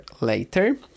later